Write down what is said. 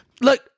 Look